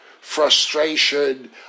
frustration